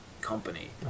company